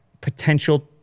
potential